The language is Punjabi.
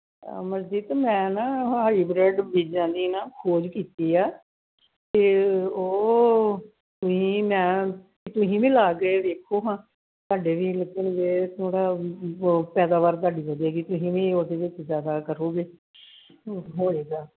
ਅਮਰਜੀਤ ਮੈਂ ਨਾ ਹਾਈਬਰੈੱਡ ਬੀਜਾਂ ਦੀ ਨਾ ਖੋਜ ਕੀਤੀ ਆ ਅਤੇ ਉਹ ਤੁਸੀਂ ਮੈਂ ਤੁਸੀਂ ਵੀ ਲਾ ਕੇ ਵੇਖੋ ਹਾਂ ਤੁਹਾਡੇ ਵੀ ਲੱਗਣਗੇ ਥੋੜ੍ਹਾ ਪੈਦਾਵਾਰ ਤੁਹਾਡੀ ਵਧੇਗੀ ਤੁਸੀਂ ਵੀ ਉਹਦੇ ਵਿੱਚ ਜ਼ਿਆਦਾ ਕਰੋਗੇ